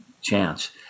chance